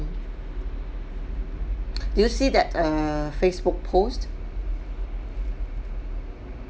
did you see that err facebook post